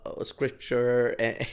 scripture